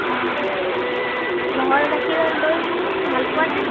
অ ম'হৰ গাখীৰৰ দৈ ভাল পোৱানে